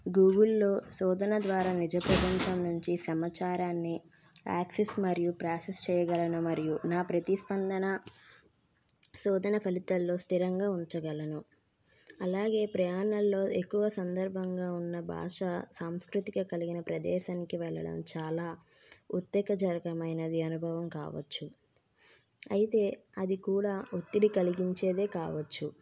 గూగుల్లో శోధన ద్వారా నిజ ప్రపంచం నుంచి సమాచారాన్ని యాక్సిస్ మరియు ప్రాసెస్ చేయగలను మరియు నా ప్రతి స్పందన శోధన ఫలితాలలో స్థిరంగా ఉంచగలను అలాగే ప్రయాణంలో ఎక్కువ సందర్భంగా ఉన్న భాష సంస్కృతిక కలిగిన ప్రదేశానికి వెళ్లడం చాలా ఉత్తేక జనకమైనది అనుభవం కావచ్చు అయితే అది కూడా ఒత్తిడి కలిగించేదే కావచ్చు